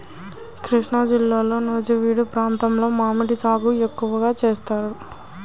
కృష్ణాజిల్లాలో నూజివీడు ప్రాంతంలో మామిడి సాగు ఎక్కువగా చేస్తారు